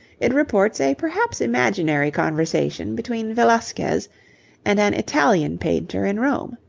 it reports a perhaps imaginary conversation between velasquez and an italian painter in rome.